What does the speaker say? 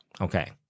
Okay